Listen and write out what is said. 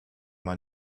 man